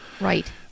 Right